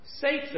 Satan